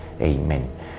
amen